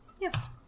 Yes